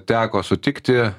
teko sutikti